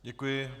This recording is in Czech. Děkuji.